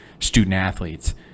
student-athletes